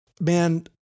man